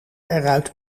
eruit